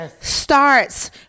starts